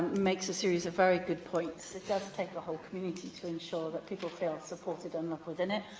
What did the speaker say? makes a series of very good points. it does take a whole community to ensure that people feel supported um enough within it,